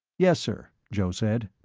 yes, sir, joe said.